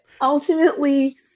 ultimately